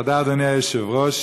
תודה, אדוני היושב-ראש.